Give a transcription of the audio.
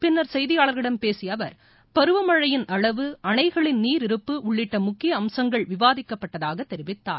பின்னர் செய்தியாளர்களிடம் பேசிய அவர் பருவமழையின் அளவு அணைகளின் நீர் இருப்பு உள்ளிட்ட முக்கிய அம்சங்கள் விவாதிக்கப்பட்டதாக தெரிவித்தார்